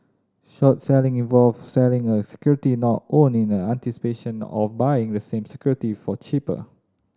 short selling involves selling a security not owned in a anticipation of buying the same security for cheaper